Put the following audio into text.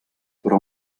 però